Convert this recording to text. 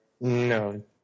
no